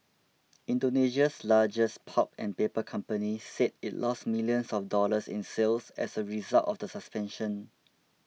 Indonesia's largest pulp and paper company said it lost millions of dollars in sales as a result of the suspension